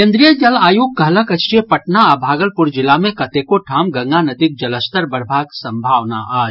केंद्रीय जल आयोग कहलक अछि जे पटना आ भागलपुर जिला मे कतेको ठाम गंगा नदीक जलस्तर बढ़बाक संभावना अछि